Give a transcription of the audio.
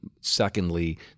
secondly